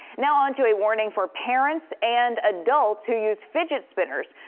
now on to a warning for parents and adults who use fidget spinners.